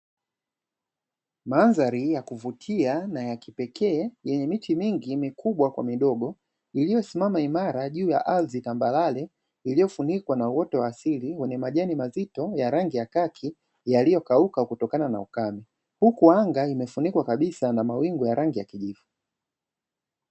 Mandhari ya kuvutia na ya kipekee, yenye miti mingi mikubwa kwa midogo, iliyosimama imara juu ya ardhi tambarare, iliyofunikwa na uoto wa asili wenye majani mazito ya rangi ya kaki, yaliyokauka kutokana na ukame. Huku anga imefunikwa kabisa na mawingu ya rangi ya kijivu.